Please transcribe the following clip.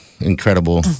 incredible